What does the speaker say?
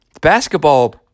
Basketball